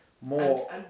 more